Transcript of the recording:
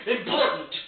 important